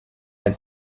and